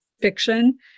fiction